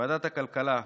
בוועדת הכלכלה,